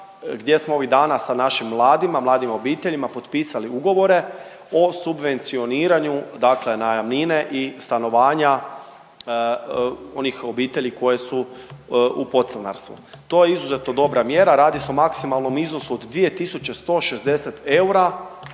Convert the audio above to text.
gdje smo ovih dana sa našim mladima, mladim obiteljima potpisali ugovore o subvencioniranju, dakle najamnine i stanovanja onih obitelji koje su u podstanarstvu. To je izuzetno dobra mjera. Radi se o maksimalnom iznosu od 2160 eura